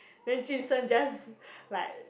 then jun sheng just like